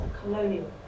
colonial